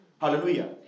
Hallelujah